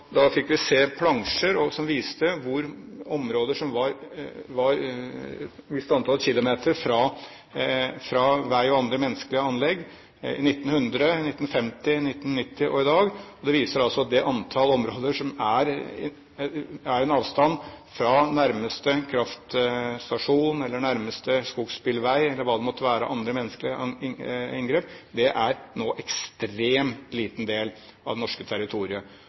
fikk se plansjer som viste områder som var et visst antall kilometer fra vei og andre menneskelige anlegg – i 1900, i 1950, i 1990 og i dag. Det viser at det antall områder som er i en avstand fra nærmeste kraftstasjon, eller nærmeste skogsbilvei, eller hva det måtte være av andre menneskelige inngrep, nå er en ekstremt liten del av det norske